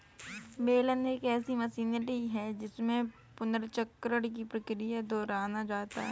बेलन एक ऐसी मशीनरी है जिसमें पुनर्चक्रण की क्रिया को दोहराया जाता है